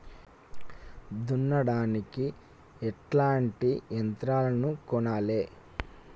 దున్నడానికి ఎట్లాంటి యంత్రాలను కొనాలే?